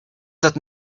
that